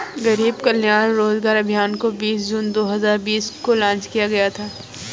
गरीब कल्याण रोजगार अभियान को बीस जून दो हजार बीस को लान्च किया गया था